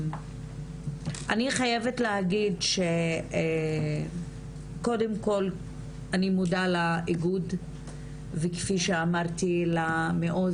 אני חייבת להגיד קודם כל אני חודה לאיגוד וכפי שאמרתי למאות